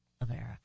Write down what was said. America